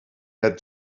had